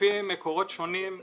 לפי מקורות שונים,